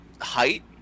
height